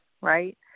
Right